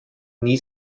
nie